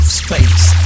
space